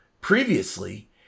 previously